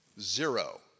Zero